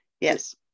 Yes